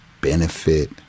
benefit